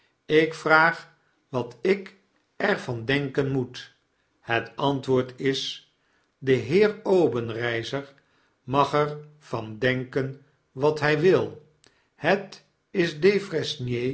ik vraag wat ik er van denken moet het antwoord is de heer obenreizer mag er van denken wat hy wil het is